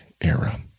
era